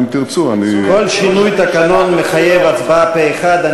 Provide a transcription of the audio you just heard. אם תרצו, כל שינוי תקנון מחייב הצבעה פה-אחד.